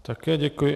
Také děkuji.